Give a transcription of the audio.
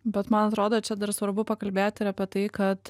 bet man atrodo čia dar svarbu pakalbėt ir apie tai kad